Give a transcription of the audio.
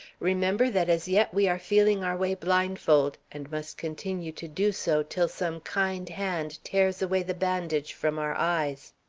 remember that as yet we are feeling our way blindfold, and must continue to do so till some kind hand tears away the bandage from our eyes.